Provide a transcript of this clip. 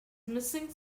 missing